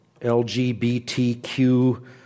LGBTQ